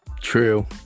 True